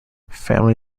family